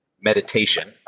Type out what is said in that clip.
meditation